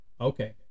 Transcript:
Okay